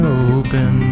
open